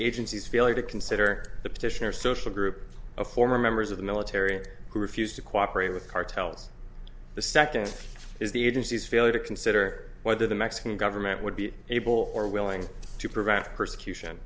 agency's failure to consider the petition or social group of former members of the military who refused to cooperate with cartels the second is the agency's failure to consider whether the mexican government would be able or willing to provide persecution